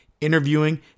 interviewing